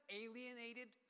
alienated